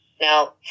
now